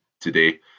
today